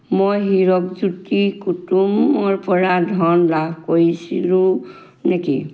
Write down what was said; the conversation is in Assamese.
মই হিৰাকজ্যোতি কুতুমৰ পৰা ধন লাভ কৰিছিলোঁ নেকি